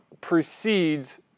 precedes